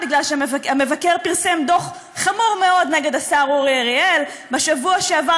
כי המבקר פרסם דוח חמור מאוד נגד השר אורי אריאל בשבוע שעבר,